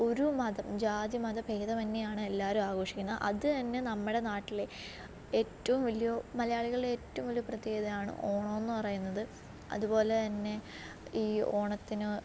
ഒരു മതം ജാതി മതഭേദമന്യെയാണ് എല്ലാവരും ആഘോഷിക്കുന്ന അത് തന്നെ നമ്മുടെ നാട്ടിലെ ഏറ്റവും വലിയ മലയാളികളുടെ ഏറ്റവും വലിയ പ്രത്യേകതയാണ് ഓണമെന്ന് പറയുന്നത് അതുപോലെത്തന്നെ ഈ ഓണത്തിന്